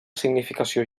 significació